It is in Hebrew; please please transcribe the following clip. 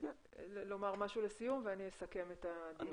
לומר משהו לסיום ואני אסכם את הדיון.